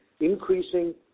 increasing